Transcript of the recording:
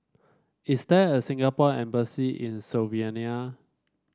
is there a Singapore Embassy in Slovenia